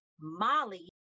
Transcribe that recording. Molly